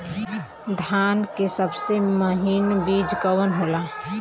धान के सबसे महीन बिज कवन होला?